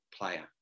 player